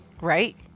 right